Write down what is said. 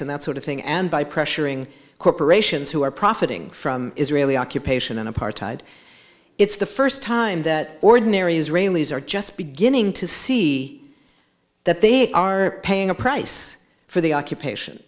and that sort of thing and by pressuring corporations who are profiting from israeli occupation and apartheid it's the first time that ordinary israelis are just beginning to see that they are paying a price for the occupation